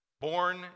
born